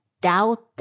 doubt